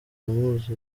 mpuza